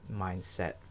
mindset